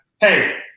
hey